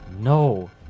No